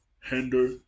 hinder